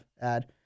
add